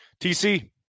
TC